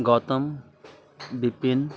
Gautam Vipin